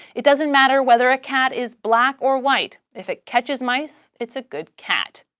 it doesn't matter whether a cat is black or white, if it catches mice, it's a good cat.